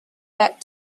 back